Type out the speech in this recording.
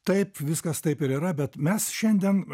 taip viskas taip ir yra bet mes šiandien